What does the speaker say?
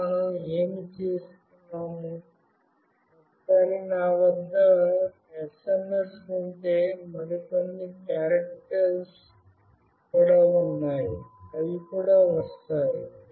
ఇప్పుడు మనం ఏమి చేస్తునాము ఒకసారి నా వద్ద SMS ఉంటే మరికొన్ని కేరక్టర్స్ కూడా ఉన్నాయి అవి కూడా వస్తాయి